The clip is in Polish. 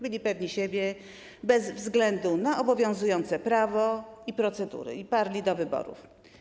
Byli pewni siebie bez względu na obowiązujące prawo i procedury i parli do wyborów.